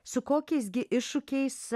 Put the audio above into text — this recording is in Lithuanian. su kokiais gi iššūkiais